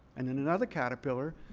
and then another caterpillar